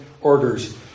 orders